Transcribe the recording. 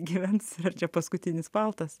gyvens čia paskutinis paltas